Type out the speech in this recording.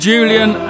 Julian